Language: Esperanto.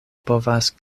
povas